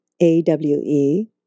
A-W-E